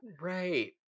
Right